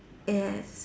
yes